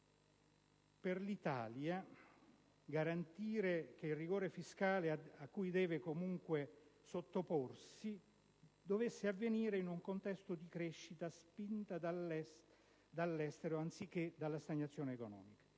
per l'Italia la garanzia del rigore fiscale, a cui comunque deve sottoporsi, dovesse avvenire in un contesto di crescita spinta dall'estero, anziché di stagnazione economica.